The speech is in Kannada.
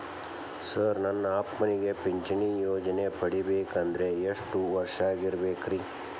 ಸರ್ ನನ್ನ ಅಪ್ಪನಿಗೆ ಪಿಂಚಿಣಿ ಯೋಜನೆ ಪಡೆಯಬೇಕಂದ್ರೆ ಎಷ್ಟು ವರ್ಷಾಗಿರಬೇಕ್ರಿ?